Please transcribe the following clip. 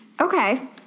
okay